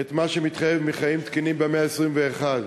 את מה שמתחייב מחיים תקינים במאה ה-21.